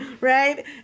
right